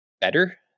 better